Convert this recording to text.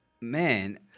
Man